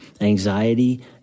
anxiety